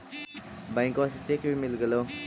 बैंकवा से चेक भी मिलगेलो?